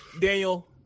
Daniel